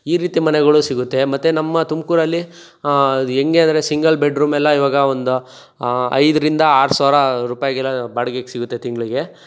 ಈ ರೀತಿ ಮನೆಗಳು ಸಿಗುತ್ತೆ ಮತ್ತು ನಮ್ಮ ತುಮಕೂರಲ್ಲಿ ಅದು ಹೆಂಗೆ ಅಂದರೆ ಸಿಂಗಲ್ ಬೆಡ್ ರೂಮೆಲ್ಲ ಇವಾಗ ಒಂದು ಐದರಿಂದ ಆರು ಸಾವಿರ ರೂಪಾಯ್ಗೆಲ್ಲ ಬಾಡ್ಗೆಗೆ ಸಿಗುತ್ತೆ ತಿಂಗಳಿಗೆ